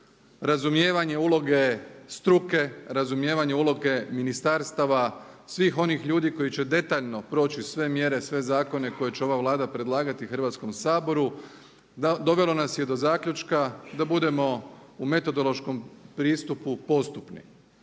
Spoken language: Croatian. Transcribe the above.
razumijevanje uloge struke, razumijevanje uloge ministarstava, svih onih ljudi koji će detaljno proći sve mjere, sve zakone koje će ova Vlada predlagati Hrvatskom saboru dovelo nas je do zaključka da budemo u metodološkom pristupu postupni.